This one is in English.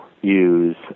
use